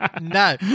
no